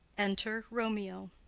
enter romeo.